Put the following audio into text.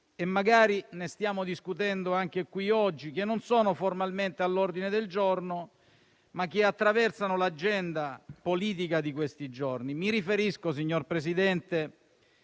- magari ne stiamo discutendo anche qui oggi - che non sono formalmente all'ordine del giorno, ma che attraversano l'agenda politica di questi giorni. Mi riferisco, signor Presidente,